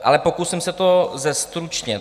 Ale pokusím se to zestručnit.